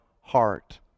heart